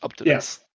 Yes